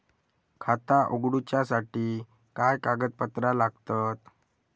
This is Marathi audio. खाता उगडूच्यासाठी काय कागदपत्रा लागतत?